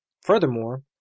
Furthermore